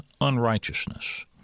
unrighteousness